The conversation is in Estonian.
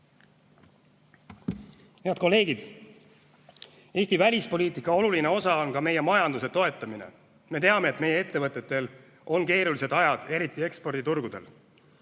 Head kolleegid! Eesti välispoliitika oluline osa on ka meie majanduse toetamine. Me teame, et meie ettevõtetel on keerulised ajad, eriti eksporditurgudel.